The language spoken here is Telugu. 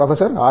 professor R